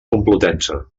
complutense